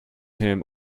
him